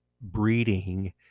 breeding